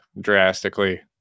drastically